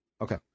Okay